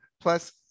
plus